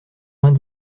vingt